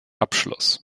abschloss